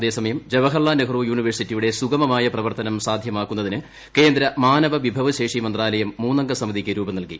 അതേസമയം ജവഹർലാൽ നെഹ്റു യൂണിവേഴ്സിറ്റിയുടെ സുഗമമായ പ്രവർത്തനം സാധ്യമാക്കുന്നതിന് കേന്ദ്ര മാനവവിഭവശേഷി മന്ത്രാലയം മൂന്നംഗ സമിതിക്ക് രൂപം നൽകി